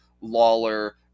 Lawler